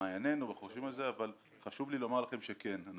מעיינינו אבל חשוב לי לומר לכם שכן.